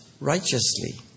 righteously